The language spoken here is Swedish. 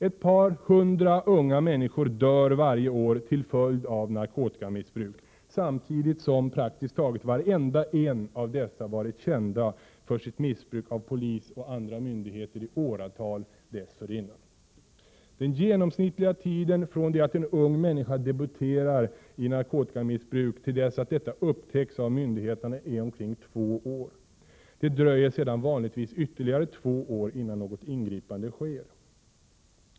Ett par hundra unga människor dör varje år till följd av narkotikamissbruk, samtidigt som praktiskt taget varenda en av dessa har varit känd för sitt missbruk av polis och andra myndigheter i åratal dessförinnan. Den genomsnittliga tiden från det att en ung människa debuterar i narkotikamissbruk till dess att detta upptäcks av myndigheterna är omkring två år. Det dröjer sedan vanligtvis ytterligare två år innan något ingripande sker.